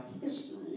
history